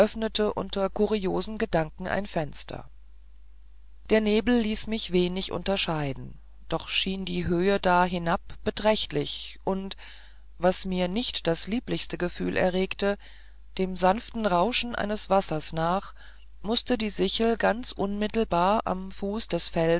unter kuriosen gedanken ein fenster der nebel ließ mich wenig unterscheiden doch schien die höhe da hinab beträchtlich und was mir nicht das lieblichste gefühl erregte dem sanften rauschen eines wassers nach mußte die sichel ganz unmittelbar am fuß des